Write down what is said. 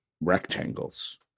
rectangles